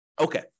Okay